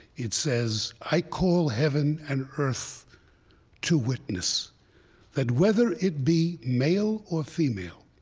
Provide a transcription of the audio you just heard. it says, i call heaven and earth to witness that whether it be male or female,